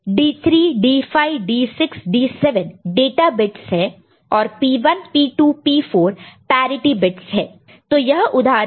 D3 D5 D6 D7 data bits है और P1 P2 P4 parity bits है तो यह उदाहरण लेंगे